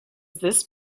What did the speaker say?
this